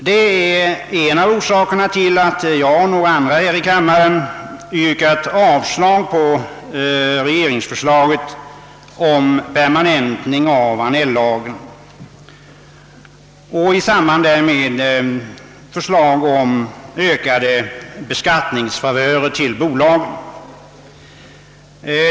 Detta är en av orsakerna till att jag och några andra ledamöter av kammaren har yrkat avslag på regeringens förslag om permanentning av Annell-lagen och om ökade beskattningsfavörer åt bolagen.